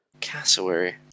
Cassowary